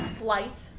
flight